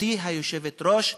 גברתי היושבת-ראש,